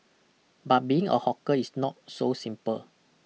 but being a hawker is not so simple